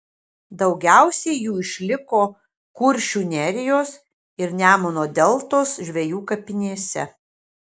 daugiausiai jų išliko kuršių nerijos ir nemuno deltos žvejų kapinėse